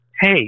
Hey